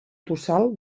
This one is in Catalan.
tossal